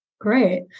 Great